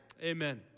Amen